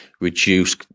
reduce